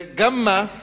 זה גם מס